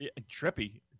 Trippy